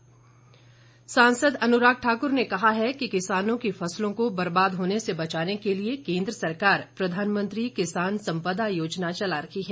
अनुराग सांसद अनुराग ठाकुर ने कहा है कि किसानों की फसलों को बर्बाद होने से बचाने के लिए केन्द्र सरकार प्रधानमंत्री किसान संपदा योजना चला रही है